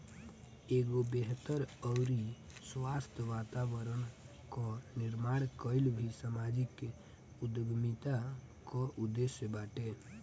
एगो बेहतर अउरी स्वस्थ्य वातावरण कअ निर्माण कईल भी समाजिक उद्यमिता कअ उद्देश्य बाटे